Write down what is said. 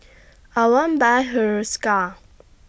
I want Buy Hiruscar